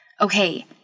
okay